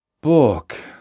book